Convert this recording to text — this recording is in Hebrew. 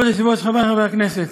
כבוד היושב-ראש, חברי חברי הכנסת,